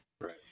Right